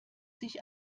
sich